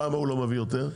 למה הוא לא מביא יותר?